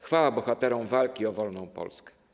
Chwała bohaterom walki o wolną Polskę.